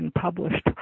published